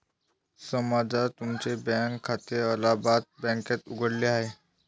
समजा तुमचे बँक खाते अलाहाबाद बँकेत उघडले आहे